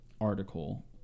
article